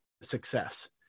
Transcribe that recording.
success